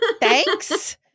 thanks